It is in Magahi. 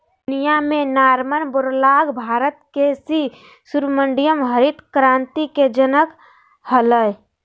दुनिया में नॉरमन वोरलॉग भारत के सी सुब्रमण्यम हरित क्रांति के जनक हलई